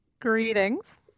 Greetings